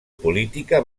política